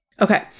Okay